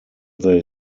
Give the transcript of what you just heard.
they